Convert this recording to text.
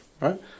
right